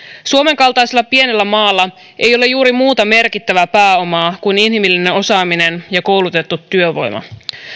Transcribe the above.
suomen kaltaisella pienellä maalla ei ole juuri muuta merkittävää pääomaa kuin inhimillinen osaaminen ja koulutettu työvoima